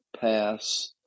pass